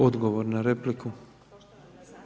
Odgovor na repliku.